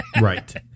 Right